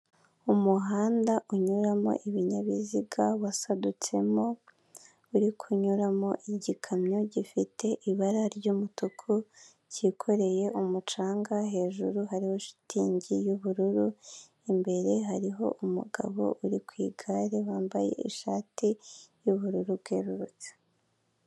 Umuhanda unyuramo ibinyabiziga wasadutsemo, uri kunyuramo igikamyo gifite ibara ry'umutuku cyikoreye umucanga, hejuru hariho shitingi y'ubururu. Imbere hari umugabo uri ku igare wambaye ishati y'ubururu bwerurutse.